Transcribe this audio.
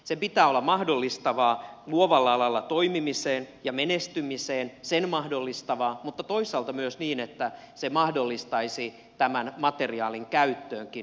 sen pitää olla luovalla alalla toimimista ja menestymistä mahdollistavaa mutta toisaalta myös niin että se mahdollistaisi tämän materiaalin käytönkin